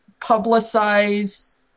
publicize